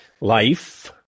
life